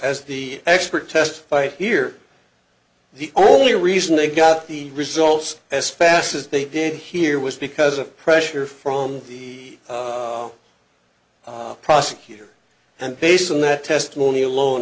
as the expert testified here the only reason they got the results as fast as they did here was because of pressure from the prosecutor and based on that testimony alone